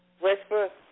Westbrook